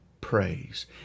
praise